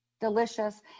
delicious